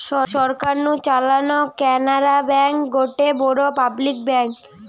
সরকার নু চালানো কানাড়া ব্যাঙ্ক গটে বড় পাবলিক ব্যাঙ্ক